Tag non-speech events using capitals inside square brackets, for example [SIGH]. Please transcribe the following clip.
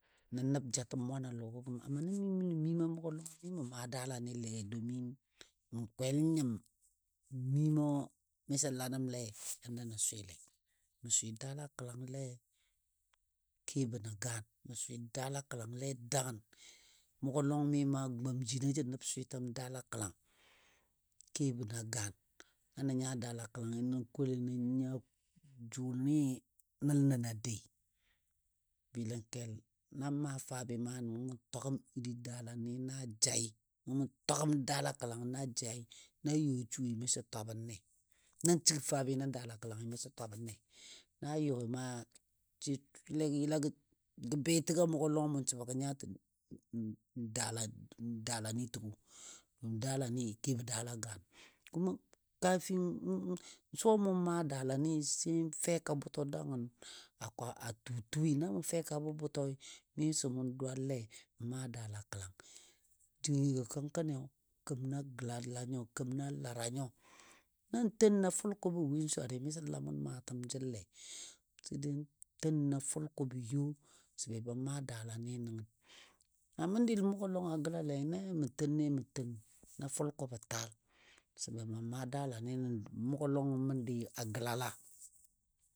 Nə nəb jatəm mwan a lɔgɔ gəm amma na mi mə nən miim a mʊgɔ lɔngɨ mimə maa daalanile domin n kwel nyɨm miimɔ miso la nəmle yanda nən swɨle. Mən swɨ daala kəlangle kebɔ nən gaani mə swɨ daala kəlangle dangən mʊgɔ lɔng mi ma gwam jino jə nəb swɨtəm daala kəlang kebɔ na gaan. Na nə nya daala kəlangɨ nən kole nə nya jʊnɨ nəl nəno a dai. Bɨləngkel nan maa fabɨ maa nəngɔ mou twagəm iri daalani na jai nəngɔ mou twagəm daala kəlang na jai na yɔ sui miso twabənle. Na shig fabɨ nən daala kəlangɨ miso twabən le. Na yɔi ma sai swɨle gə yəla gə betəgo a mʊgɔ lɔng mʊn sə ba gɔ nya təgo [HESITATION] daala [HESITATION] daalani təgo daalani kebɔ daala gaan kuma kafin suwa mʊn ma daalani sai fɛka bʊtɔ dangən a tutui na mou fɛkabɔ bʊtɔi miso mou dwalle n maa daala kəlang, jingɨgɔ kəngkəni kemənɔ a gəlala ladaa nyo, nan ten na fʊlkʊbə win swari miso lamʊn maatəm jəle. Sai dai ten na fʊlkubə yo sən be ba maa daalani nəngən. Məndi lɔngɔ a gəlali na ya mə tenle mə ten na fʊlkʊbə taal sə ba ben maa daala a məndi mʊgo lɔngɔ məndi a gəlala.